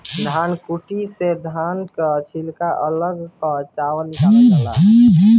धनकुट्टी से धान कअ छिलका अलग कअ के चावल निकालल जाला